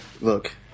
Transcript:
Look